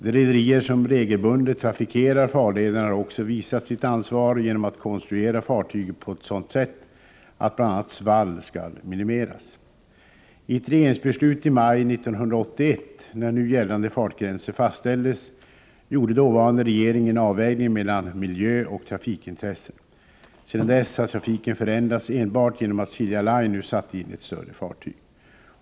De rederier som regelbundet trafikerar farlederna har också visat sitt ansvar genom att konstruera fartygen på sådant sätt att bl.a. svall skall minimeras. I ett regeringsbeslut i maj 1981 när nu gällande fartgränser fastställdes gjorde dåvarande regering en avvägning mellan miljöoch trafikintressen. Sedan dess har trafiken förändrats enbart genom att Silja Line nu satt in ett större fartyg.